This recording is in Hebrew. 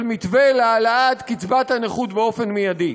של מתווה להעלאת קצבת הנכות באופן מיידי.